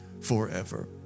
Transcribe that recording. forever